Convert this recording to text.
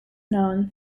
known